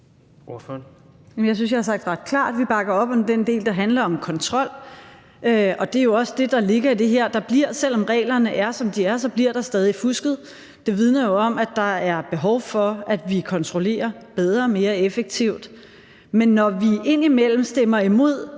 Jeg synes, at jeg har sagt ret klart, at vi bakker op om den del, der handler om kontrol. Og det er jo også det, der ligger i det her: at selv om reglerne er, som de er, så bliver der stadig fusket. Det vidner jo om, at der er behov for, at vi kontrollerer bedre og mere effektivt. Men når vi indimellem stemmer imod